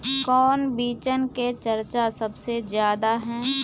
कौन बिचन के चर्चा सबसे ज्यादा है?